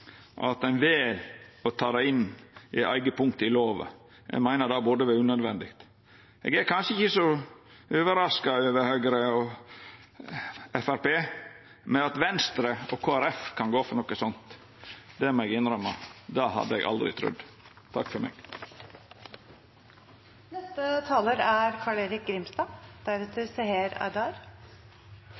at ein vel å ta det inn i eit eige punkt i lova. Eg meiner det burde vore unødvendig. Eg er kanskje ikkje så overraska over Høgre og Framstegspartiet, men at Venstre og Kristeleg Folkeparti kan gå for noko slikt, det må eg innrømma at eg aldri hadde trudd. La meg først begynne med å takke utvalget for